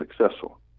successful